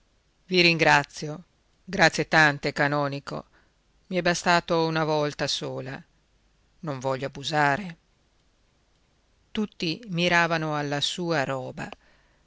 i ringrazio grazie tante canonico i è bastato una volta sola non voglio abusare tutti miravano alla sua roba